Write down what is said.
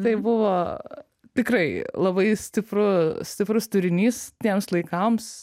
tai buvo tikrai labai stipru stiprus turinys tiems laikams